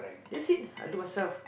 that's it I do myself